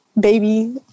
baby